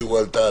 שהועלתה,